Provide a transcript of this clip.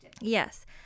yes